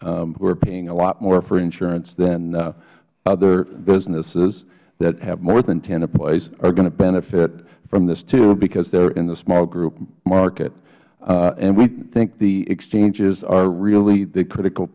employees who are paying a lot more for insurance than other businesses that have more than ten employees are going to benefit from this too because they are in the small group market and we think the exchanges are really the critical